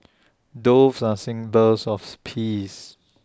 doves are symbols of peace